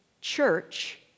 church